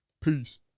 Peace